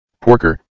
Porker